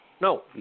No